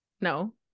No